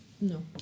No